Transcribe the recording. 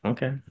Okay